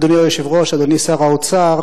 אדוני היושב-ראש, אדוני שר האוצר,